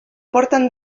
porten